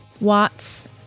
Watts